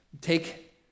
take